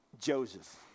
Joseph